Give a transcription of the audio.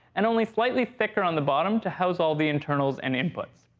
and only slightly thicker on the bottom to house all the internals and inputs.